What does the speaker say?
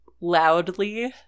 loudly